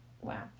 Wow